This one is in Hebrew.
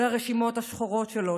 והרשימות השחורות שלו,